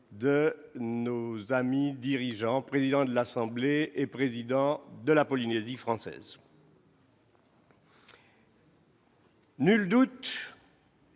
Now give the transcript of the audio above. de nos amis dirigeants, président de l'assemblée et président de la Polynésie française. Nul doute,